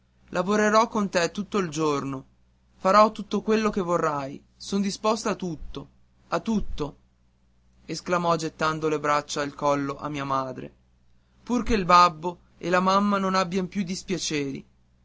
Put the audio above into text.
lavorerò con te tutto il giorno farò tutto quello che vorrai sono disposta a tutto a tutto esclamò gettando le braccia al collo a mia madre pur che il babbo e la mamma non abbian più dispiaceri